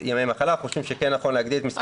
אנחנו חושבים שכן נכון להגדיל את המספר.